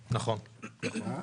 ערן,